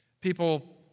People